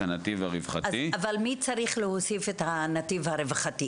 את הנתיב הרווחתי --- אבל מי צריך להוסיף את הנתיב הרווחתי?